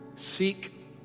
Seek